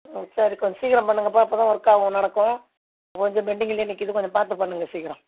ஆ சரி கொஞ்சம் சீக்கரம் பண்ணுங்கப்பா அப்போ தான் ஒர்க்காவும் நடக்கும் கொஞ்சம் பெண்டிங்கிலே நிக்கிது கொஞ்சம் பார்த்து பண்ணுங்க சீக்கிரோம்